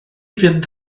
fynd